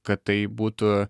kad tai būtų